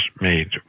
made